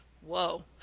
whoa